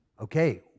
okay